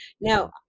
Now